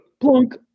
plunk